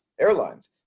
airlines